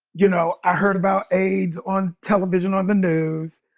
you know, i heard about aids on television, on the news.